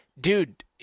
dude